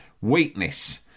Weakness